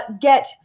get